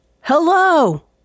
Hello